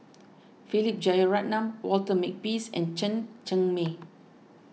Philip Jeyaretnam Walter Makepeace and Chen Cheng Mei